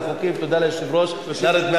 הרחבת הגורמים שכלפיהם אפשר להוציא צו כאמור